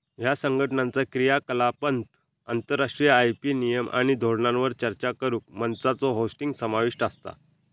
ह्या संघटनाचा क्रियाकलापांत आंतरराष्ट्रीय आय.पी नियम आणि धोरणांवर चर्चा करुक मंचांचो होस्टिंग समाविष्ट असता